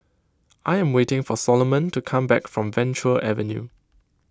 I am waiting for Soloman to come back from Venture Avenue